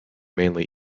mainly